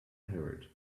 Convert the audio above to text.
heard